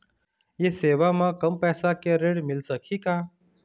ये सेवा म कम पैसा के ऋण मिल सकही का?